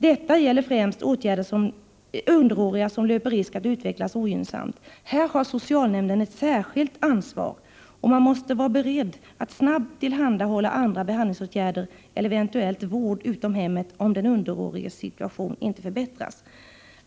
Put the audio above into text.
Detta gäller främst underåriga som löper risk att utvecklas ogynnsamt. Här har socialnämnden ett särskilt ansvar, och man måste därför vara beredd att snabbt tillhandahålla andra behandlingsåtgärder eller eventuellt vård utom hemmet om den underåriges situation inte förbättras.